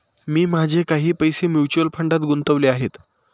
मी माझे काही पैसे म्युच्युअल फंडात गुंतवले आहेत